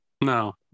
No